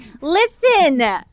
Listen